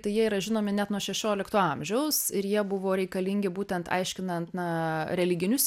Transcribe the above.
tai jie yra žinomi net nuo šešiolikto amžiaus ir jie buvo reikalingi būtent aiškinant na religinius